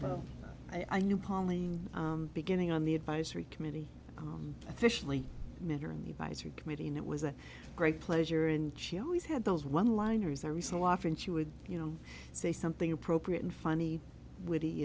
oh i knew pauline beginning on the advisory committee on officially met her and he buys her committee and it was a great pleasure and she always had those one liners are we so often she would you know say something appropriate and funny witty